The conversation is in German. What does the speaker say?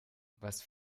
was